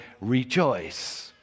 rejoice